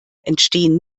entstehen